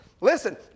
Listen